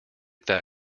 take